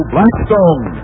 Blackstone